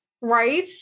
Right